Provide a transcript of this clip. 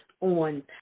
on